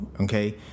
okay